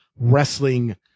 wrestling